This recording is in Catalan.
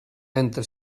entre